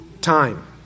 time